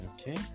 okay